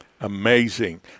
Amazing